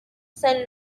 san